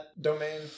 domain